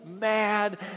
mad